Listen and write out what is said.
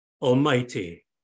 Almighty